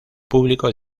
público